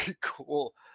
cool